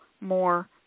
more